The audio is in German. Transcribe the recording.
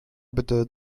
bitte